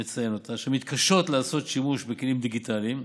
אשר מתקשה לעשות שימוש בכלים דיגיטליים,